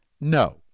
No